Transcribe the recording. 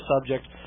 subject